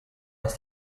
ist